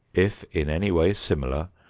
if in any way similar,